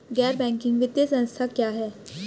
गैर बैंकिंग वित्तीय संस्था क्या है?